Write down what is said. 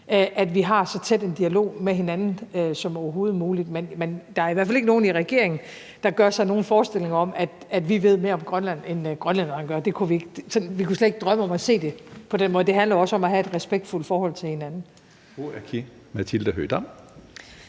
at have så tæt en dialog med hinanden som overhovedet muligt. Men der er i hvert fald ikke nogen i regeringen, der gør sig nogen forestillinger om, at vi ved mere om Grønland, end grønlænderne gør. Vi kunne slet ikke drømme om at se det på den måde. Det handler jo også om at have et respektfuldt forhold til hinanden. Kl. 16:53 Tredje